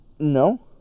No